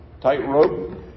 tightrope